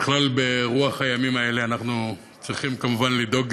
בכלל, ברוח הימים האלה אנחנו צריכים כמובן לדאוג